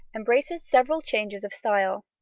embraces several changes of style.